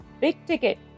big-ticket